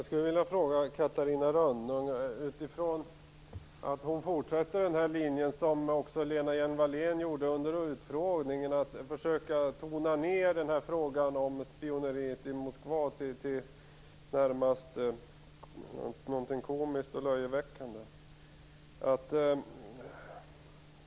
Fru talman! Catarina Rönnung fortsätter på den linje som Lena Hjelm-Wallén följde under utfrågningen och försöker tona ned frågan om spioneriet i Moskva och framställer det närmast som något komiskt och löjeväckande.